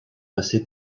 passé